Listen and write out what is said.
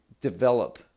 develop